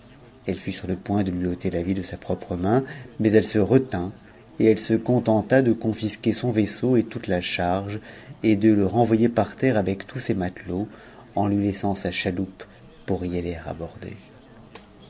elle fut sur le point de lui ôter la vie de sa propre main mais elle se retint et elle se contenta de confisquer son vaisseau et toute h charge et de le renvoyer par terre avec tous ses matelots en lui taisant sa chaloupe pour y aller aborder